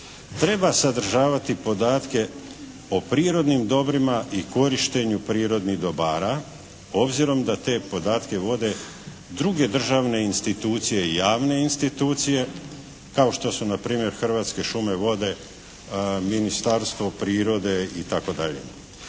treba sadržavati podatke o prirodnim dobrima i korištenju prirodnih dobara obzirom da te podatke vode druge državne institucije i javne institucije kao što su npr. Hrvatske šume, vode, Ministarstvo prirode itd.